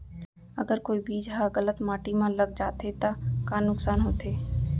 अगर कोई बीज ह गलत माटी म लग जाथे त का नुकसान होथे?